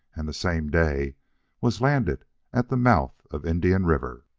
and the same day was landed at the mouth of indian river.